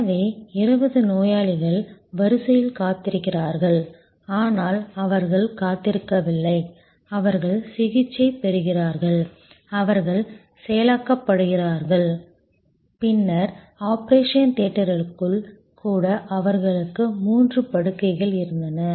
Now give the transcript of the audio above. எனவே 20 நோயாளிகள் வரிசையில் காத்திருக்கிறார்கள் ஆனால் அவர்கள் காத்திருக்கவில்லை அவர்கள் சிகிச்சை பெறுகிறார்கள் அவர்கள் செயலாக்கப்படுகிறார்கள் பின்னர் ஆபரேஷன் தியேட்டருக்குள் கூட அவர்களுக்கு 3 படுக்கைகள் இருந்தன